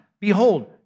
behold